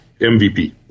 MVP